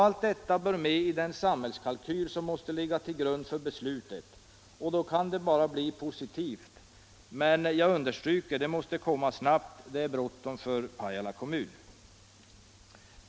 Allt detta bör tas med i den samhällskalkyl som skall ligga till grund för beslutet, och då kan det bara bli ett positivt beslut. Men det måste fattas snabbt, jag understryker det, ty' det är bråttom för Pajala kommun!